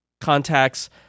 contacts